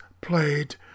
played